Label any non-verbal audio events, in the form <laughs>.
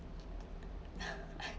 <laughs>